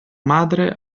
madre